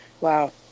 Wow